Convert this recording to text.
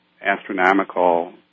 astronomical